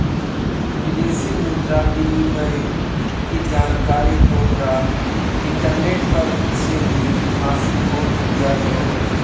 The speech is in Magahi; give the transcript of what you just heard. विदेशी मुद्रा विनिमय की जानकारी तोहरा इंटरनेट पर से भी हासील हो जाइतो